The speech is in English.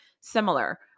Similar